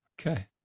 Okay